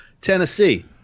Tennessee